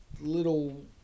little